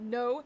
no